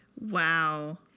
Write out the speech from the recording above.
Wow